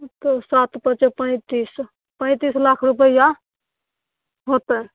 तऽ सात पचे पैंतीस पैंतीस लाख रूपैआ होयतै